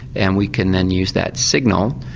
and we can then use that signal,